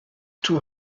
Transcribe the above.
two